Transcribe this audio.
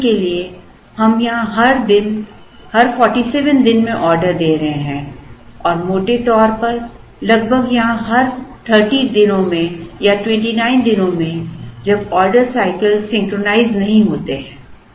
उदाहरण के लिए हम यहां हर 47 दिन में ऑर्डर दे रहे हैं और मोटे तौर पर लगभग यहां हर 30 दिनों या 29 दिनों में जब ऑर्डर साइकल सिंक्रनाइज़ नहीं होते हैं